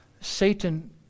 Satan